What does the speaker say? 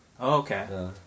okay